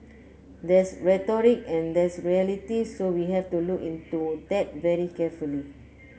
there's rhetoric and there's reality so we have to look into that very carefully